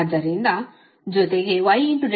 ಆದ್ದರಿಂದ ಜೊತೆಗೆ y ∆x ಒಳಗೆ V x ∆x